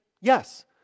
Yes